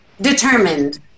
determined